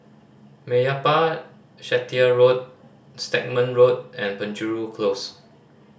Meyappa Chettiar Road Stagmont Road and Penjuru Close